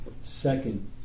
Second